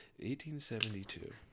1872